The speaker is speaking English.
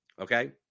okay